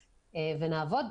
ונעבוד,